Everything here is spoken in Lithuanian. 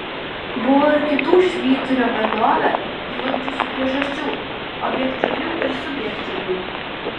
buvo ir kitų švyturio bendrovę žlugdžiusių priežasčių objektyvių ir subjektyvių